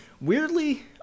weirdly